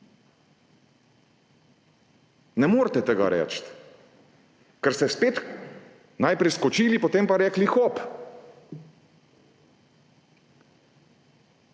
Ne morete tega reči. Ker ste spet najprej skočili, potem pa rekli hop.